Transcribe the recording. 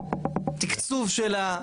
תקצוב שלה,